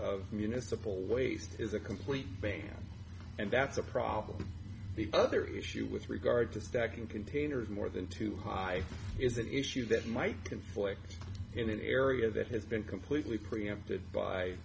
of municipal waste is a complete ban and that's a problem because other issue with regard to stacking containers more than too high is an issue that might conflict in an area that has been completely preempted by